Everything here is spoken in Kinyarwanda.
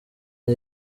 nta